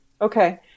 Okay